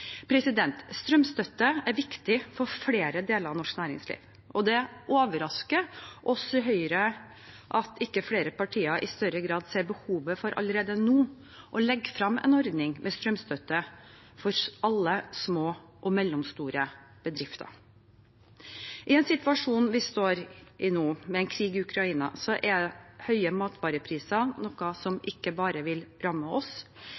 Strømstøtte er viktig for flere deler av norsk næringsliv, og det overrasker oss i Høyre at ikke flere partier i større grad ser behovet for allerede nå å legge fram en ordning med strømstøtte for alle små og mellomstore bedrifter. I den situasjonen vi står i nå, med krig i Ukraina, er høye matvarepriser noe som ikke bare vil ramme oss,